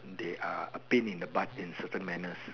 they are a pain in a butt in certain manners